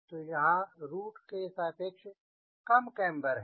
तो यहाँ रूट के सापेक्ष कम केम्बर है